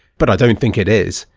but i don't think it is.